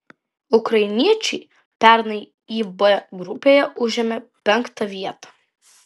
ukrainiečiai pernai ib grupėje užėmė penktą vietą